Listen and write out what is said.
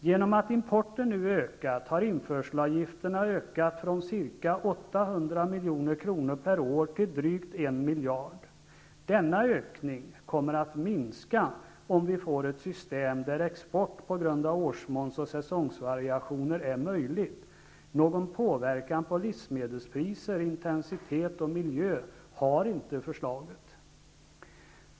Genom att importen nu har ökat har införselavgifterna ökat från ca 800 milj.kr per år till drygt 1 miljard. Denna ökning kommer att minska om vi får ett system där export på grund av årsmåns och säsongsvariationer är möjlig. Någon påverkan på livsmedelspriser, intensitet och miljö har inte förslaget.